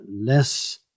less